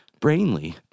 brainly